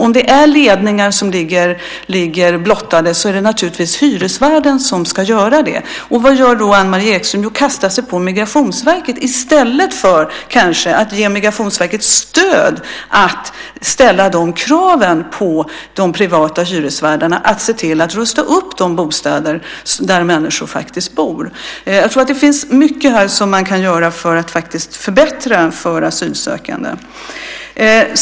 Om det är ledningar som ligger blottade är det naturligtvis hyresvärden som ska göra det. Vad gör då Anne-Marie Ekström? Jo, hon kastar sig på Migrationsverket i stället för att kanske ge Migrationsverket stöd att ställa de kraven på de privata hyresvärdarna att de ska se till att rusta upp de bostäder där människor faktiskt bor. Jag tror att det finns mycket här som man kan göra för att faktiskt förbättra för asylsökande.